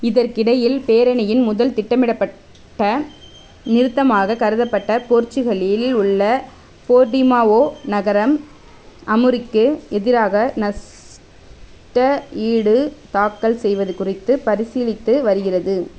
இதற்கிடையில் பேரணியின் முதல் திட்டமிடப்பட்ட நிறுத்தமாக கருதப்பட்ட போர்ச்சுகலில் உள்ள போர்டிமாவோ நகரம் அமுரிக்கு எதிராக நஷ்டஈடு தாக்கல் செய்வது குறித்து பரிசீலித்து வருகிறது